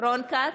רון כץ,